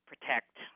protect